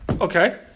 Okay